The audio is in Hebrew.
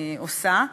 עושה.